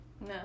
No